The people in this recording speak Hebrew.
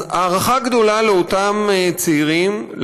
אז הערכה גדולה לאותם צעירים,